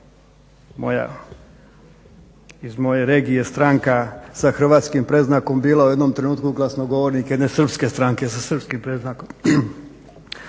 moja, iz moje regije stranka sa hrvatskim predznakom bila u jednom trenutku glasnogovornik jedne srpske stranke sa srpskim predznakom